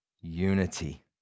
unity